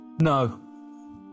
No